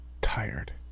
tired